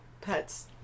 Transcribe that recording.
pets